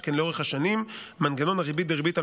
שכן לאורך השנים מנגנון הריבית-דריבית על